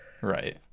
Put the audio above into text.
Right